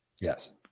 Yes